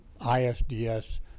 ISDS